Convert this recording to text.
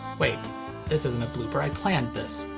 wait. this isn't a blooper, i planned this.